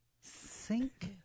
Sink